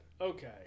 Okay